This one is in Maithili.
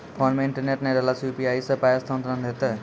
फोन मे इंटरनेट नै रहला सॅ, यु.पी.आई सॅ पाय स्थानांतरण हेतै?